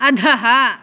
अधः